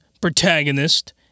protagonist